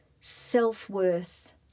self-worth